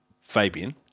Fabian